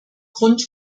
grund